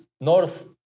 north